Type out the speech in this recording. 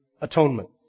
atonement